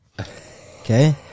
Okay